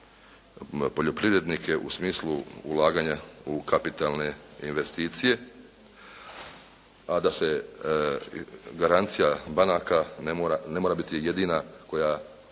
poljoprivrednike u smislu ulaganja u kapitalne investicije a da se garancija banaka ne mora biti jedina koja